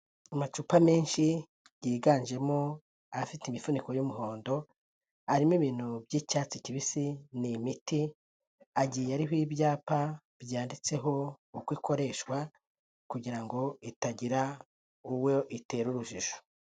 Amacupa menshi yiganjemo afite imifuniko y'umuhondo, arimo ibintu by'icyatsi kibisi ni imiti, agiye hariho ibyapa byanditseho uko ikoreshwa kugira ngo itagira uwo itera urujijo.